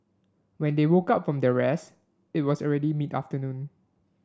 when they woke up from their rest it was already mid afternoon